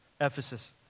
Ephesus